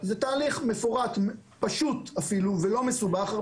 זה תהליך מפורט, אפילו פשוט ולא מסובך.